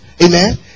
Amen